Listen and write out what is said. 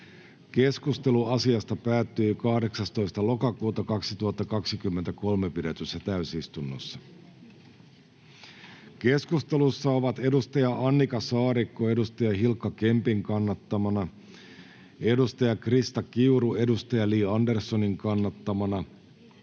Keskustelu asiasta päättyi 18.10.2023 pidetyssä täysistunnossa. Keskustelussa ovat Annika Saarikko Hilkka Kempin kannattamana, Krista Kiuru Li Anderssonin kannattamana